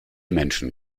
menschen